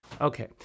Okay